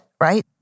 right